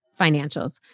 financials